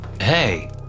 Hey